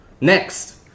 Next